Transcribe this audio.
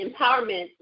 empowerment